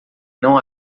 não